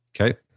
Okay